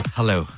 Hello